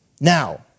Now